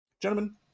gentlemen